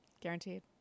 guaranteed